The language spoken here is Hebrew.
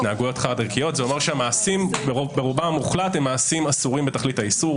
זאת אומרת שהמעשים ברובם המוחלט הם מעשים אסורים בתכלית האיסור,